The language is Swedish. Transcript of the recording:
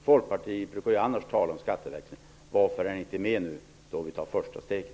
Folkpartiet brukar ju annars tala om skatteväxling. Varför är ni inte med nu när vi tar första steget?